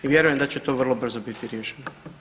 I vjerujem da će to vrlo brzo biti riješeno.